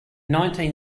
nineteen